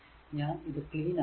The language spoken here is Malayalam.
ഞാൻ ഇത് ക്ലീൻ ആക്കാം